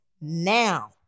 now